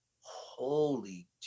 Holy